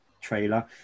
trailer